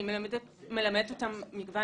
אני מלמדת אותם מגוון דעות.